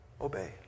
Obey